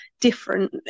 different